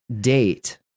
date